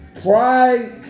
pride